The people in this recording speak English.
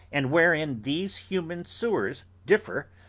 and wherein these human sewers differ,